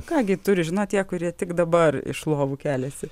ką gi turi žinot tie kurie tik dabar iš lovų keliasi